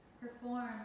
Perform